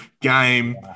game